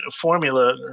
formula